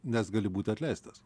nes gali būti atleistas